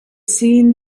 seen